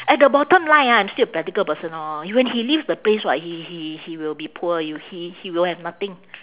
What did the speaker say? at the bottom line ah I'm still a practical person orh when he leave the place [what] he he he will be poor you he he will have nothing